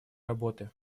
работы